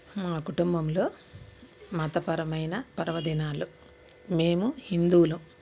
మా కుటుంబంలో మతపరమైన పర్వదినాలు మేము హిందువులం